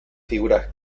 figuras